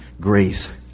grace